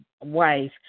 wife